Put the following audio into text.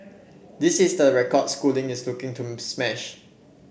this is the record Schooling is looking to smash